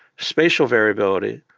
spatial variability,